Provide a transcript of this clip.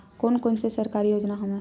कोन कोन से सरकारी योजना हवय?